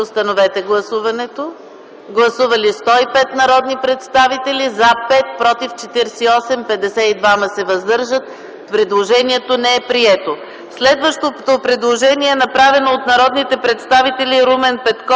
на гласуване! Гласували 105 народни представители: за 5, против 48, въздържали се 52. Предложението не е прието. Следващото предложение е направено от народните представители Румен Петков,